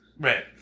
Right